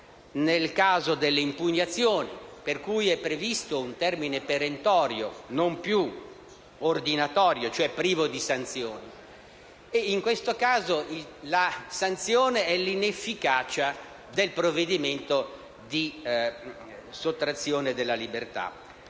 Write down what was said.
nel caso dell'impugnazione, per cui è previsto un termine perentorio, non più ordinatorio cioè privo di sanzioni. In questo caso la sanzione prevista è l'inefficacia del provvedimento di sottrazione della libertà.